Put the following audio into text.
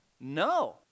No